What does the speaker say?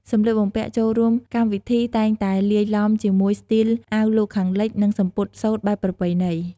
សម្លៀកបំពាក់់ចូលរួមកម្មវិធីតែងតែលាយឡំជាមួយស្ទីលអាវលោកខាងលិច និងសំពត់សូត្របែបប្រពៃណី។